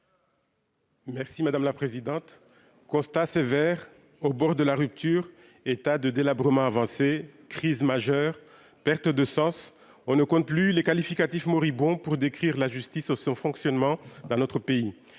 Merci madame la présidente, constat sévère au bord de la rupture, état de délabrement avancé crise majeure, perte de sens, on ne compte plus les qualificatifs moribond pour décrire la justice au fonctionnement dans notre pays,